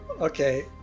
Okay